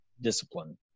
discipline